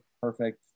perfect